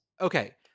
okay